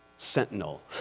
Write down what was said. sentinel